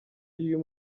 y’uyu